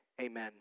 amen